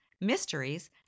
mysteries